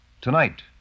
Tonight